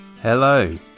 Hello